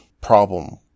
problem